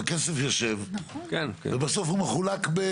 הכסף יושב ובסוף הוא מחולק.